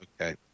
Okay